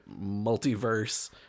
multiverse